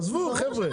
עזבו, חבר'ה.